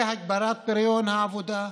זה הגברת פריון העבודה,